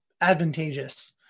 advantageous